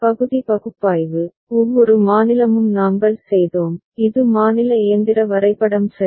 பகுதி பகுப்பாய்வு ஒவ்வொரு மாநிலமும் நாங்கள் செய்தோம் இது மாநில இயந்திர வரைபடம் சரி